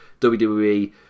WWE